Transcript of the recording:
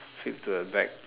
flip to the back